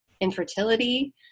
infertility